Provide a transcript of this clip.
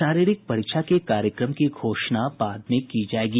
शारीरिक परीक्षा के कार्यक्रम की घोषणा बाद में की जायेगी